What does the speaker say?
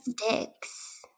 sticks